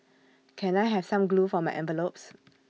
can I have some glue for my envelopes